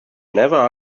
never